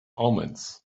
omens